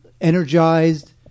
energized